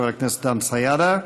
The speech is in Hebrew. חבר הכנסת דן סידה.